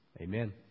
Amen